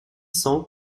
cent